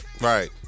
Right